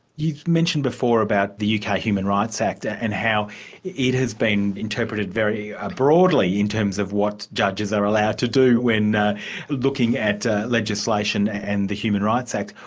you've mentioned before about the uk ah human rights act ah and how it has been interpreted very ah broadly in terms of what judges are allowed to do when looking at legislation and the human rights act.